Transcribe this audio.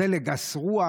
זה לגס רוח,